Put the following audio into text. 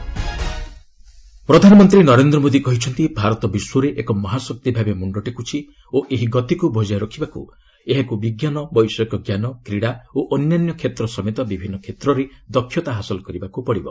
PM ସର୍କିଙ୍ଗ India ପ୍ରଧାନମନ୍ତ୍ରୀ ନରେନ୍ଦ ମୋଦି କହିଛନ୍ତି ଭାରତ ବିଶ୍ୱରେ ଏକ ମହାଶକ୍ତି ଭାବେ ମ୍ବର୍ଷ ଟେକୁଛି ଓ ଏହି ଗତିକୁ ବଜାୟ ରଖିବାକୁ ଏହାକୁ ବିଜ୍ଞାନ ବୈଷୟିକ ଜ୍ଞାନ କ୍ରୀଡ଼ା ଓ ଅନ୍ୟାନ୍ୟ କ୍ଷେତ୍ର ସମେତ ବିଭିନ୍ନ କ୍ଷେତ୍ରରେ ଦକ୍ଷତା ହାସଲ କରିବାକୁ ପଡିବ